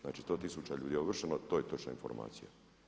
Znači 100 tisuća ljudi je ovršeno, to je točna informacija.